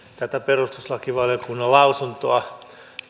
tätä perustuslakivaliokunnan lausuntoa